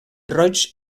roig